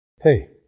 Hey